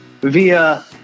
via